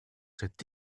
cet